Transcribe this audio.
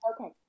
Okay